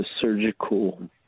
surgical